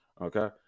okay